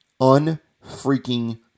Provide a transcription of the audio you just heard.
unfreaking